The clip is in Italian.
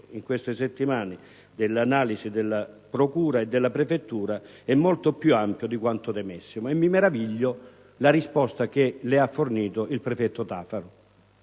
in queste settimane dell'analisi della procura e della prefettura, è molto più ampio di quanto temessimo. Mi meraviglia però la risposta che le ha fornito il prefetto Tafaro.